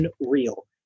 unreal